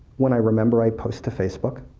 when i remember, i post to facebook.